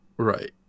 Right